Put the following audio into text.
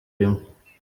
rimwe